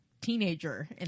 teenager